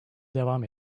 devam